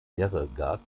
bjerregaard